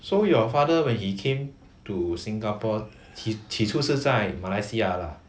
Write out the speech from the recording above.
so your father when he came to singapore